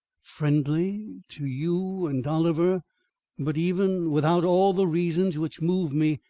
friendly to you and oliver but, even without all the reasons which move me,